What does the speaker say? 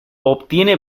obtiene